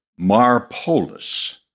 Marpolis